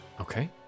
okay